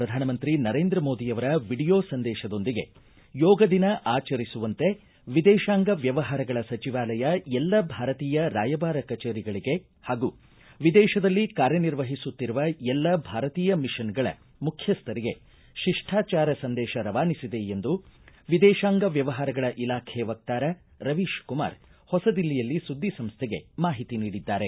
ಪ್ರಧಾನಮಂತ್ರಿ ನರೇಂದ್ರ ಮೋದಿಯವರ ವಿಡಿಯೋ ಸಂದೇಶದೊಂದಿಗೆ ಯೋಗ ದಿನ ಆಚರಿಸುವಂತೆ ವಿದೇಶಾಂಗ ವ್ಯವಹಾರಗಳ ಸಚಿವಾಲಯ ಎಲ್ಲ ಭಾರತೀಯ ರಾಯಬಾರ ಕಚೇರಿಗಳಿಗೆ ಹಾಗೂ ವಿದೇತದಲ್ಲಿ ಕಾರ್ಯನಿರ್ವಹಿಸುತ್ತಿರುವ ಎಲ್ಲ ಭಾರತೀಯ ಮಿಷನ್ಗಳ ಮುಖ್ಯಸ್ವರಿಗೆ ಶಿಷ್ಠಾಚಾರ ಸಂದೇತ ರವಾನಿಸಿದೆ ಎಂದು ವಿದೇಶಾಂಗ ವ್ಯವಹಾರಗಳ ಇಲಾಖೆ ವಕ್ತಾರ ರವೀಶ ಕುಮಾರ ಹೊಸ ದಿಲ್ಲಿಯಲ್ಲಿ ಸುದ್ದಿ ಸಂಸ್ಥೆಗೆ ಮಾಹಿತಿ ನೀಡಿದ್ದಾರೆ